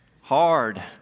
hard